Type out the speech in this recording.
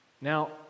Now